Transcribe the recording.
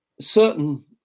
certain